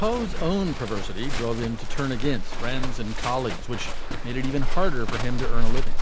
o's own perversity drove him to turn against friends and colleagues which made it even harder for him to earn a living